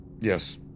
Yes